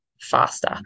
faster